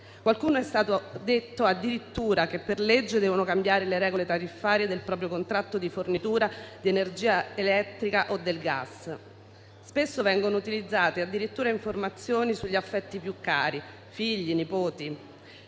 qualcuno è stato detto addirittura che per legge doveva cambiare le regole tariffarie del proprio contratto di fornitura di energia elettrica o gas; spesso vengono utilizzate addirittura informazioni sugli affetti più cari (figli, nipoti)